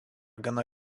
gana